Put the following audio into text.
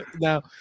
Now